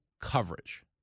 coverage